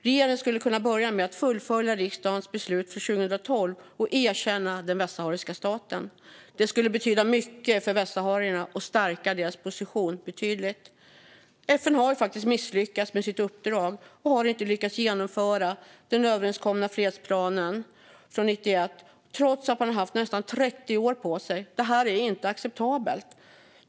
Regeringen skulle kunna börja med att fullfölja riksdagens beslut från 2012 och erkänna den västsahariska staten. Det skulle betyda mycket för västsaharierna och stärka deras position betydligt. FN har misslyckats med sitt uppdrag och har inte lyckats genomföra den överenskomna fredsplanen från 1991 trots att man har haft nästan 30 år på sig. Det är inte acceptabelt.